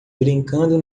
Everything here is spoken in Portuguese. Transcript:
brincando